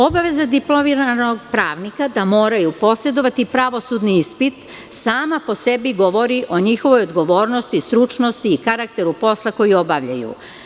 Obaveza diplomiranog pravnika da moraju posedovati pravosudni ispit, sama po sebi govori o njihovoj odgovornosti i stručnosti i karakteru posla koji obavljaju.